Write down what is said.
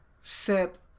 set